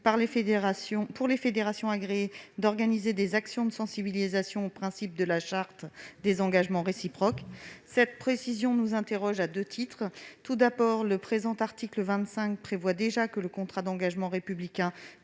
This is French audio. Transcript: pour les fédérations agréées, d'organiser des actions de sensibilisation aux principes de la charte des engagements réciproques. Cette disposition nous interpelle à deux titres. Premièrement, le présent article prévoit déjà que le contrat d'engagement républicain